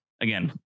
again